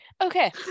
okay